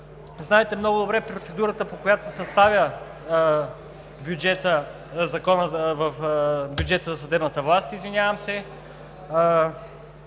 Знаете много добре процедурата, по която се съставя бюджетът за съдебната власт. Имаше